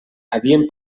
havien